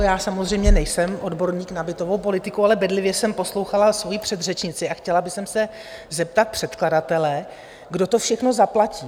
Já samozřejmě nejsem odborník na bytovou politiku, ale bedlivě jsem poslouchala svoji předřečnici a chtěla bych se zeptat předkladatele, kdo to všechno zaplatí?